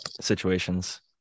situations